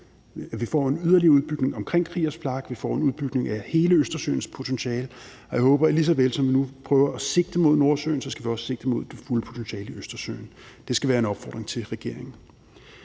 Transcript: vi får en yderligere udbygning omkring Kriegers flak, at vi får en udbygning af hele Østersøens potentiale, og jeg håber, at vi, lige så vel som vi nu prøver at sigte mod Nordsøen, også vil sigte mod det fulde potentiale i Østersøen. Det skal være en opfordring til regeringen.